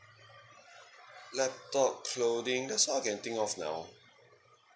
laptop clothing that's all I can think of now